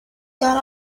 got